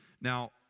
Now